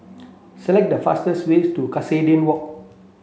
select the fastest way to Cuscaden Walk